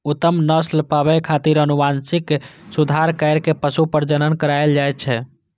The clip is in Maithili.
उत्तम नस्ल पाबै खातिर आनुवंशिक सुधार कैर के पशु प्रजनन करायल जाए छै